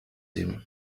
him